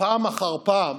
פעם אחר פעם,